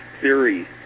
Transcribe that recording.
theory